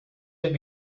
get